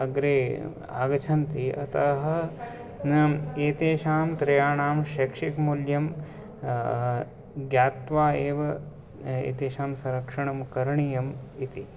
अग्रे आगच्छन्ति अतः एतेषां त्रयाणां शैक्षिकमूल्यं ज्ञात्वा एव एतेषां संरक्षणं करणीयम् इति